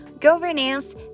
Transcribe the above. governance